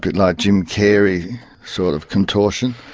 but like jim carrey sort of contortion,